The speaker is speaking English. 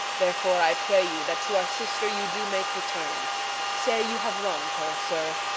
therefore i pray you that to our sister you do make return say you have wrong'd her, sir.